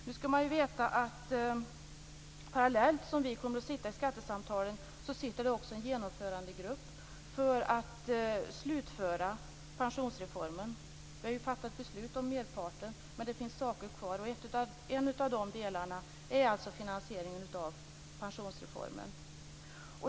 Nu skall man veta att parallellt som vi kommer att sitta i skattesamtalen sitter det också en genomförandegrupp för att slutföra pensionsreformen. Vi har ju fattat beslut om merparten, men det finns saker kvar, och en av de delarna är alltså finansieringen av pensionsreformen.